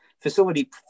facility